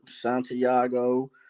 Santiago